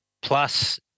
plus